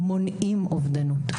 מונעים אובדנות.